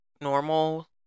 normal